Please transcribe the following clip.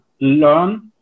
learn